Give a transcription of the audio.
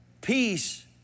peace